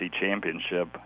Championship